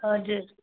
हजुर